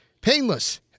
painless